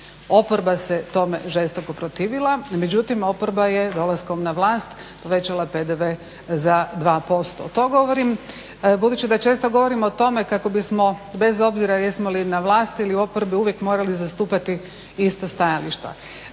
oporba se tome žestoko protivila. Međutim, oporba je dolaskom na vlat povećala PDV za 2%. To govorim budući da često govorimo o tome kako bismo bez obzira jesmo li na vlasti ili u oporbi uvijek morali zastupati ista stajališta.